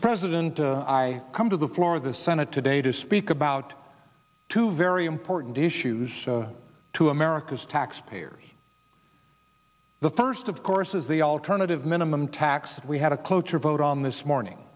mr president i come to the floor of the senate today to speak about two very important issues to america's taxpayers the first of course is the alternative minimum tax we had a cloture vote on this morning